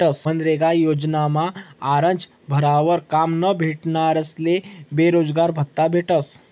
मनरेगा योजनामा आरजं भरावर काम न भेटनारस्ले बेरोजगारभत्त्ता भेटस